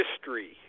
history